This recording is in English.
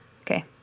Okay